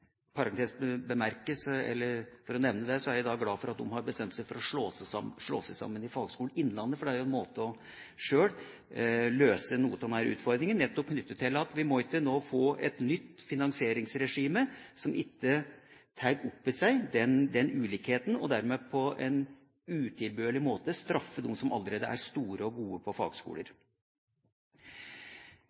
For å nevne det er jeg i dag glad for at disse to fylkeskommunene har bestemt seg for sammen å etablere Innlandets Fagskole, for det er jo en måte sjøl å møte noe av denne utfordringen på, nettopp knyttet til at vi ikke nå må få et nytt finansieringsregime som ikke tar opp i seg ulikheter, og dermed på en utilbørlig måte straffer dem som allerede er store og gode på fagskoler.